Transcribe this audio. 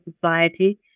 society